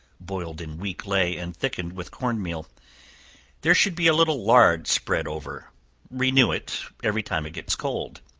boiled in weak ley and thickened with corn-meal there should be a little lard spread over renew it every time it gets cold.